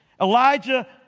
Elijah